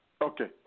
Okay